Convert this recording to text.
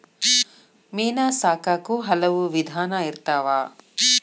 ಮೇನಾ ಸಾಕಾಕು ಹಲವು ವಿಧಾನಾ ಇರ್ತಾವ